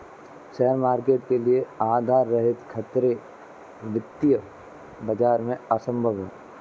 share market के लिये आधार रहित खतरे वित्तीय बाजार में असम्भव हैं